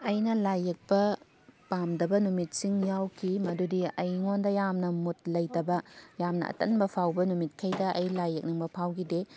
ꯑꯩꯅ ꯂꯥꯏꯌꯦꯛꯄ ꯄꯥꯝꯗꯕ ꯅꯨꯃꯤꯠꯁꯤꯡ ꯌꯥꯎꯈꯤ ꯃꯗꯨꯗꯤ ꯑꯩꯉꯣꯟꯗ ꯌꯥꯝꯅ ꯃꯨꯠ ꯂꯩꯇꯕ ꯌꯥꯝꯅ ꯑꯇꯟꯕ ꯐꯥꯎꯕ ꯅꯨꯃꯤꯠꯈꯩꯗ ꯑꯩ ꯂꯥꯏ ꯌꯦꯛꯅꯤꯡꯕ ꯐꯥꯎꯒꯤꯗꯦ